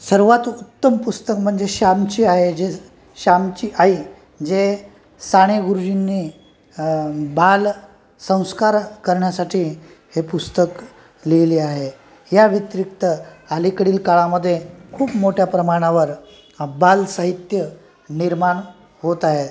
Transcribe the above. सर्वांत उत्तम पुस्तक म्हणजे श्यामची आई जे स् श्यामची आई जे साने गुरुजींनी बालसंस्कार करण्यासाठी हे पुस्तक लिहिले आहे याव्यतिरिक्त अलीकडील काळामध्ये खूप मोठ्या प्रमाणावर बालसाहित्य निर्माण होत आहे